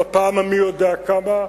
בפעם המי-יודע-כמה,